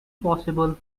possible